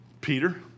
Peter